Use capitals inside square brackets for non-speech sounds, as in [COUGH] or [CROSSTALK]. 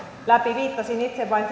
läpi viittasin itse vain [UNINTELLIGIBLE]